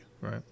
right